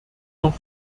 noch